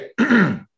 Okay